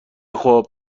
خوب